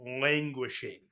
languishing